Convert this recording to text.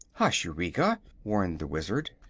hush, eureka! warned the wizard.